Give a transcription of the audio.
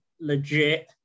legit